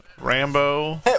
Rambo